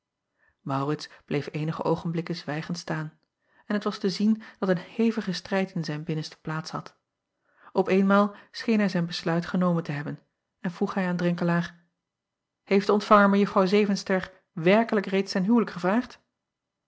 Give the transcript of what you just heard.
aurits bleef eenige oogenblikken zwijgend staan en het was te zien dat een hevige strijd in zijn binnenste plaats had p eenmaal scheen hij zijn besluit genomen te hebben en vroeg hij aan renkelaer eeft de ontvanger ejuffrouw evenster werkelijk reeds ten huwelijk gevraagd